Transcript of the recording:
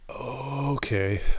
Okay